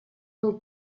del